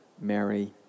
Mary